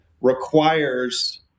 requires